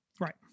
Right